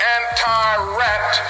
anti-rat